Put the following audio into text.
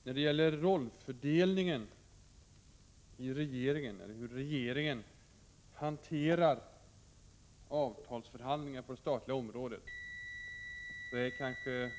Herr talman! När det gäller rollfördelningen inom regeringen — hur regeringen hanterar avtalsförhandlingarna på det statliga området — är